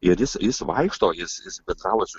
ir jis jis vaikšto jis jis bendravo su